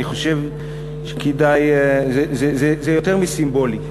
אני חושב שזה יותר מסימבולי.